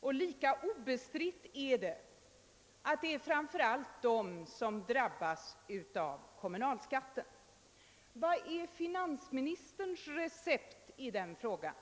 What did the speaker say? och lika obestritt är att det framför allt är de som drabbas av kommunalskatten. Vilket är finansministerns recept i den frågan?